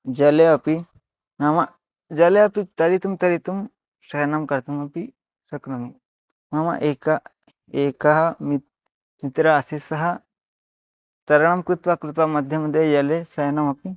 जले अपि नाम जले अपि तरितुं तरितुं शयनं कर्तुम् अपि शक्नोमि मम एकम् एकं मित्रं मित्रम् आसीत् सः तरणं कृत्वा कृत्वा मध्ये मध्ये एवं शयनमपि